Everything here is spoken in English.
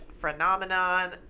phenomenon